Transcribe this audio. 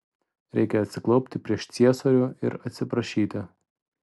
reikia atsiklaupti prieš ciesorių ir atsiprašyti